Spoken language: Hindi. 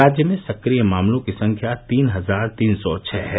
राज्य में सक्रिय मामलों की संख्या तीन हजार तीन सौ छः है